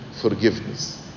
forgiveness